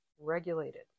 regulated